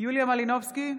יוליה מלינובסקי,